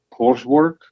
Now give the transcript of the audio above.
coursework